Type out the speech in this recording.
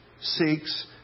seeks